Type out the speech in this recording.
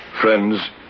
Friends